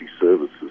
Services